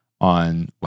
on